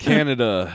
Canada